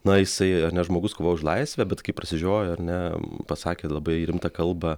na jisai ar ne žmogus kovojo už laisvę bet kai prasižiojo ar ne pasakė labai rimtą kalbą